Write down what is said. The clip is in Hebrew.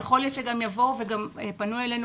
יכול להיות שגם יבואו וגם פנו אלינו